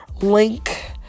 link